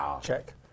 Check